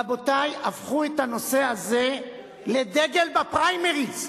רבותי, הפכו את הנושא הזה לדגל בפריימריס.